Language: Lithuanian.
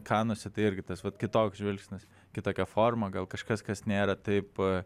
kanuose tai irgi tas vat kitoks žvilgsnis kitokia forma gal kažkas kas nėra taip